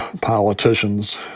politicians